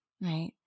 right